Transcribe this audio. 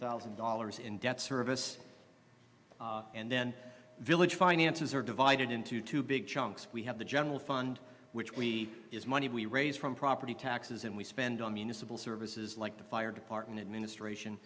thousand dollars in debt service and then village finances are divided into two big chunks we have the general fund which we use money we raise from property taxes and we spend on municipal services like the fire department administration